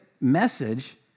message